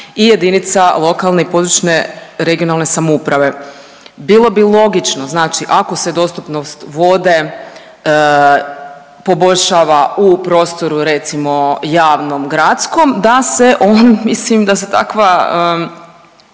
i jedinica lokalne i područne (regionalne) samouprave. Bilo bi logično znači ako se dostupnost vode poboljšava u prostoru recimo javnom gradskom da se on, mislim da se takva,